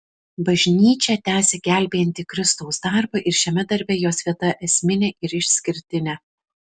bažnyčią tęsia gelbėjantį kristaus darbą ir šiame darbe jos vieta esminė ir išskirtinė